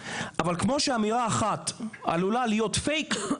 אבל כמו שאמירה אחת עלולה להיות "פייק",